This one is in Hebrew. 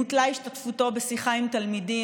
בוטלה השתתפותו בשיחה עם תלמידים.